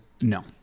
No